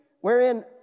wherein